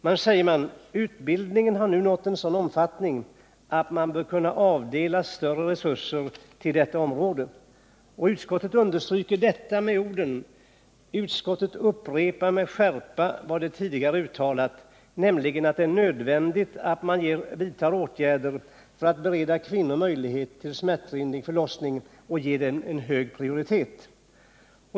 Man säger att utbildningen nu har nått en sådan omfattning att man bör kunna avdela större resurser till detta område. Utskottet understryker detta med orden: ”Utskottet upprepar med skärpa vad utskottet tidigare uttalat, nämligen att det är nödvändigt att man ger åtgärder för att bereda kvinnorna möjlighet till smärtlindring vid förlossning hög prioritet.